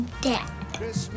dad